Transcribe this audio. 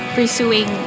Pursuing